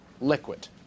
liquid